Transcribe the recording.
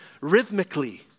rhythmically